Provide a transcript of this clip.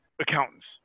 accountants